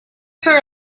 her